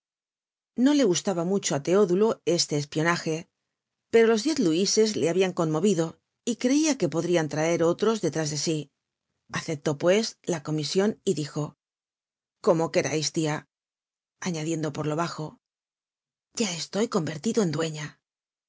no le gustaba mucho á teodulo este espionaje pero los diez luises le habian conmovido y creia que podrian traer otros detrás de sí acep tó pues la comision y dijo como querais tia añadiendo por lo bajo ya estoy convertido en dueña